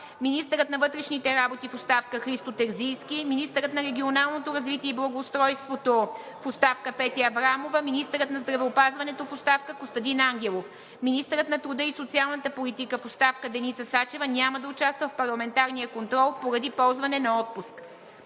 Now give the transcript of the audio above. министърът на вътрешните работи в оставка Христо Терзийски; - министърът на регионалното развитие и благоустройството в оставка Петя Аврамова; - министърът на здравеопазването в оставка Костадин Ангелов. Министърът на труда и социалната политика в оставка Деница Сачева няма да участва в парламентарния контрол поради ползване на отпуск.